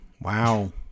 Wow